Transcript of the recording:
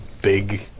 big